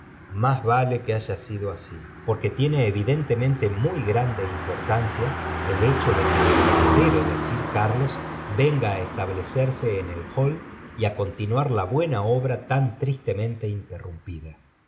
s vale que haya sido así porque tiene evidentemonte muy grande importancia el hecho de que el heredero de eir carlos venga á establecerse en el all y á continuar la buena obra tan tristeniente interrumpida